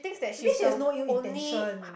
maybe she has no ill intention